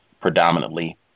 predominantly